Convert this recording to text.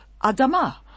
Adama